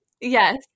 Yes